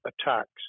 attacks